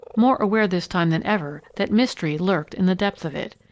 more aware this time than ever that mystery lurked in the depth of it.